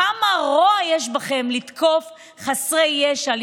כמה רוע יש בכם לתקוף חסרי ישע,